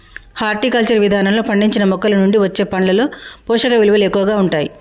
horticulture విధానంలో పండించిన మొక్కలనుండి వచ్చే పండ్లలో పోషకవిలువలు ఎక్కువగా ఉంటాయి